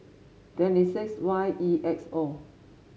twenty six Y E X O